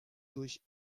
durch